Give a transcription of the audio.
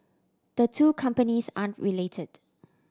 the two companies aren't related